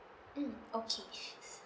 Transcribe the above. mm okay